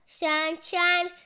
sunshine